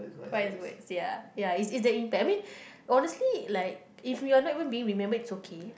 wise words ya ya is is the impact I mean honestly like if we are not even being remembered it's okay